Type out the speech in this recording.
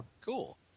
Cool